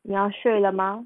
你要睡了吗